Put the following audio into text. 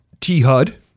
T-Hud